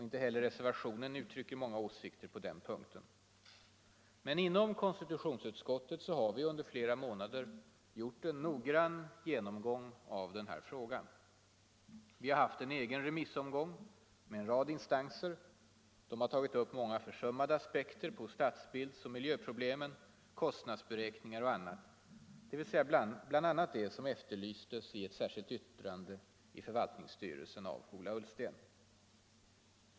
Inte heller reservationen uttrycker många åsikter på den punkten. Men inom konstitutionsutskottet har vi under flera månader gjort en noggrann genomgång av den här frågan. Vi har haft en egen remissomgång med en rad instanser; de har tagit upp många försummade aspekter på stadsbildsoch miljöproblemen, kostnadsberäkningar och annat, dvs. det som bl.a. efterlystes i ett särskilt yttrande i förvaltningsstyrelsen av Ola Ullsten.